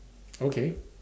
okay